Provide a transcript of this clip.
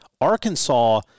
Arkansas